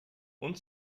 und